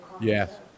Yes